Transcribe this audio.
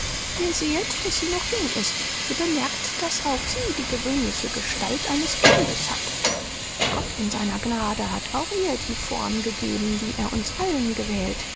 ihr sehet daß sie noch jung ist ihr bemerkt daß auch sie die gewöhnliche gestalt eines kindes hat gott in seiner gnade hat auch ihr die form gegeben die er uns allen gewährt